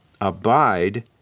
Abide